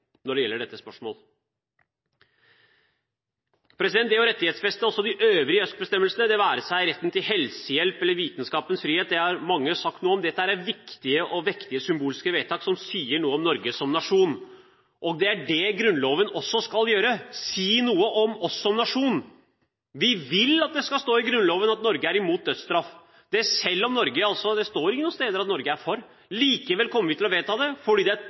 dette spørsmålet. Det å rettighetsfeste også de øvrige ØSK-bestemmelsene – være seg retten til helsehjelp eller vitenskapens frihet – har mange sagt noe om. Dette er viktige og vektige symbolske vedtak som sier noe om Norge som nasjon, og det er det Grunnloven også skal gjøre – si noe om oss som nasjon. Vi vil at det skal stå i Grunnloven at Norge er imot dødsstraff. Det står ikke noe sted at Norge er for dødsstraff. Likevel kommer vi til å vedta det, fordi det er